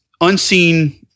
unseen